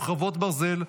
חרבות ברזל)